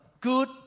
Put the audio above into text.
good